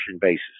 basis